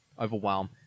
overwhelm